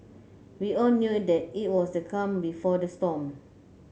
we all knew that it was the calm before the storm